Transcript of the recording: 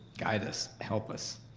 guide us, help us.